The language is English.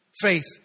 faith